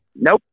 Nope